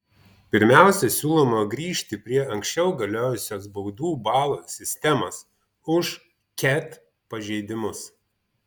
pirmiausia siūloma grįžti prie anksčiau galiojusios baudų balų sistemos už ket pažeidimus